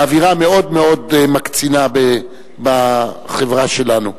באווירה מאוד מקצינה בחברה שלנו,